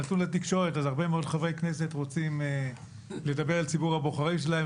אז הרבה מאוד חברי כנסת רוצים לדבר לציבור הבוחרים שלהם,